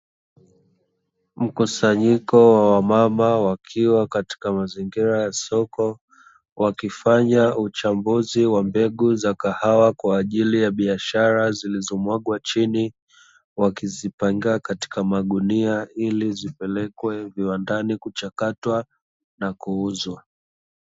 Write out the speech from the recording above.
Mkusanyiko wa wamama wakiwa katika mazingira ya soko, wakifanya uchambuzi wa mbegu za kahawa, kwa ajili ya biashara zilizomwagwa chini, wakizipanga katika magunia ili zipelekwe viwandani kuchakatwa na kuuzwa.